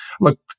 Look